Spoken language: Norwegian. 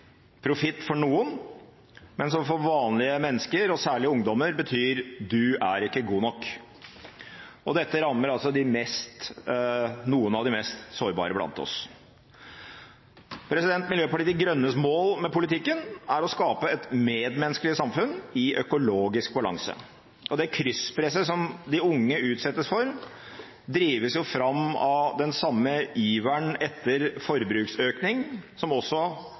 profitt for noen, men som for vanlige mennesker – og særlig ungdommer – betyr: Du er ikke god nok. Dette rammer noen av de mest sårbare blant oss. Miljøpartiet De Grønnes mål med politikken er å skape et medmenneskelig samfunn i økologisk balanse. Det krysspresset som de unge utsettes for, drives fram av den samme iveren etter forbruksøkning som også